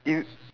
in